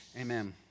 Amen